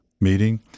meeting